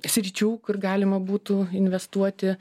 sričių kur galima būtų investuoti